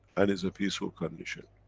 and is a peaceful condition,